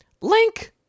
Link